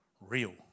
real